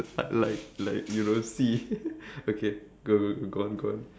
but like like you don't see okay go go go go on go on